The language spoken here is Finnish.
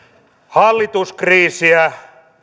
hallituskriisiä